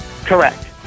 Correct